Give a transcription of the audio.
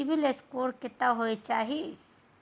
CIBIL score केतना होय चाही?